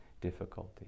difficulty